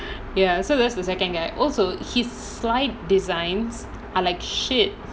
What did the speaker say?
ya so that's the second guy also his slide designs are like shit